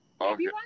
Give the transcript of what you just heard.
Okay